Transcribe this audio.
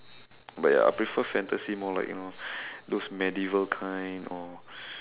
but ya I prefer fantasy more like you know those medieval kind or